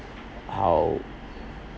how